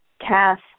Cass